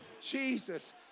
Jesus